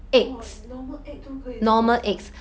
!wah! normal egg 都可以这么好吃